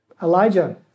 Elijah